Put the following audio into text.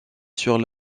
sur